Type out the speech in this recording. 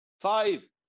five